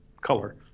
color